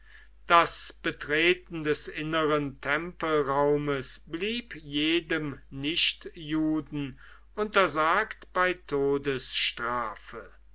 das betreten des inneren tempelraumes blieb jedem nichtjuden untersagt bei todesstrafe